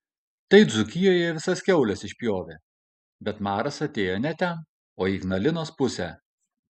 tai dzūkijoje visas kiaules išpjovė bet maras atėjo ne ten o į ignalinos pusę